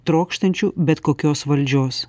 trokštančių bet kokios valdžios